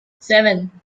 seven